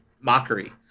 mockery